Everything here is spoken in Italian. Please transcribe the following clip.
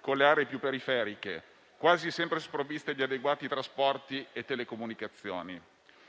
con le aree più periferiche, quasi sempre sprovviste di adeguati trasporti e telecomunicazioni.